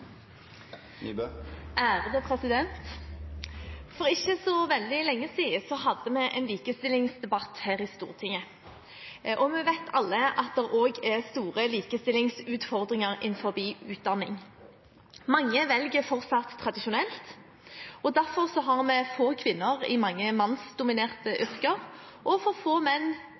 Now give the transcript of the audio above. president! For ikke så veldig lenge siden hadde vi en likestillingsdebatt her i Stortinget, og vi vet alle at det også er store likestillingsutfordringer innen utdanning. Mange velger fortsatt tradisjonelt, og derfor har vi få kvinner i mange mannsdominerte yrker og for få menn